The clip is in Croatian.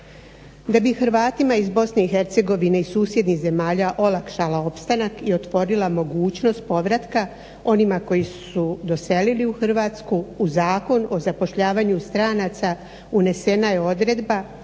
Da bi Hrvatima iz Bosne i Hercegovine i susjednih zemalja olakšala opstanak i otvorila mogućnost povratka onima koji su doselili u Hrvatsku u Zakon o zapošljavanju stranaca unesena je odredba